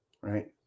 right